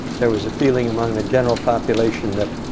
there was a feeling among the general population that